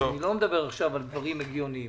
אני לא מדבר עכשיו על דברים הגיוניים.